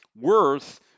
worth